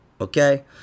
okay